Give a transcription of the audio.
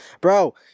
Bro